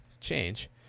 change